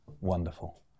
wonderful